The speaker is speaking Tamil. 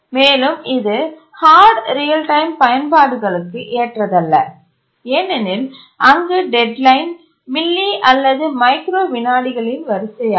மேலும் இது ஹார்டு ரியல் டைம் பயன்பாடுகளுக்கு ஏற்றதல்ல ஏனெனில் அங்கு டெட்லைன் மில்லி அல்லது மைக்ரோ விநாடிகளின் வரிசையாகும்